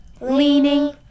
leaning